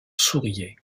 souriait